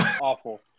awful